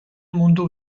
mundu